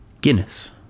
Guinness